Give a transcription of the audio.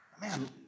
Man